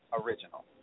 original